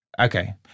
Okay